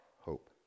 hope